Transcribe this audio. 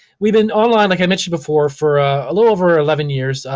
we been online, like i mentioned before, for a little over eleven years.